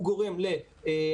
הוא גורם להנמכה.